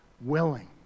willing